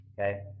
Okay